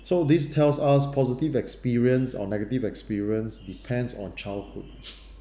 so this tells us positive experience or negative experience depends on childhood